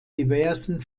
diversen